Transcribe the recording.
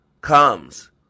comes